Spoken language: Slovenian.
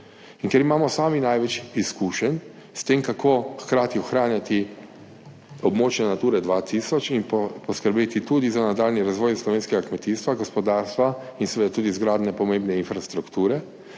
ker imamo sami največ izkušenj, s tem, kako hkrati ohranjati območje Nature 2000 in poskrbeti tudi za nadaljnji razvoj slovenskega kmetijstva, gospodarstva in seveda tudi iz gradnje pomembne infrastrukture